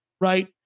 right